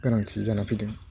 गोनांथि जाना फैदों